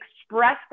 express